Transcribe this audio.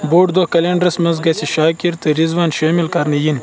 بوٚڑ دۄہ کلینڈرس منز گژھہِ شاکر تہٕ رضوان شٲمل کرنہٕ یِنۍ